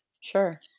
Sure